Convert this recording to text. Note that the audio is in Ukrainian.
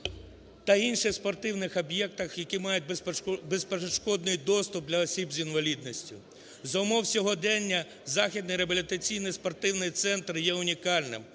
та інших спортивних об'єктах, які мають безперешкодний доступ для осіб з інвалідністю. За умов сьогодення західний реабілітаційний спортивний центр є унікальним.